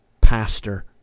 pastor